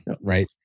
Right